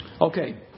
Okay